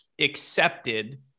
accepted